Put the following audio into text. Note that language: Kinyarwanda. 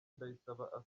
ndayisaba